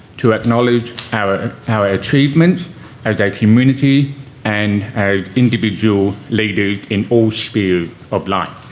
to acknowledge our our achievements as a community and as individual leaders in all spheres of life.